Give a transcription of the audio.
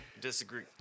disagree